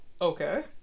Okay